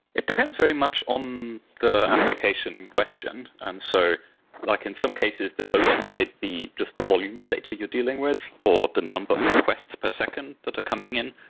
it depends very much on the application in question. and so like in some cases, the load might be just the volume of data you're dealing with, or the number of requests per second that are coming in,